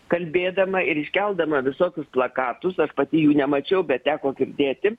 kalbėdama ir iškeldama visokius plakatus aš pati jų nemačiau bet teko girdėti